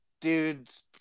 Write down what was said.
dude's